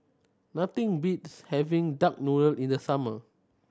nothing beats having duck noodle in the summer